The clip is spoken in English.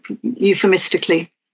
euphemistically